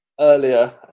earlier